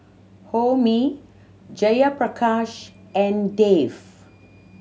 Homi Jayaprakash and Dev